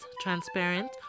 transparent